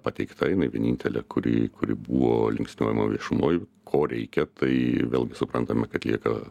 pateikta jinai vienintelė kuri kuri buvo linksniuojama viešumoj ko reikia tai vėlgi suprantama kad lieka